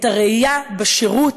את הראייה בשירות